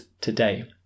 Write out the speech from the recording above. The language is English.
today